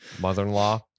Mother-in-law